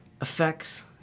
effects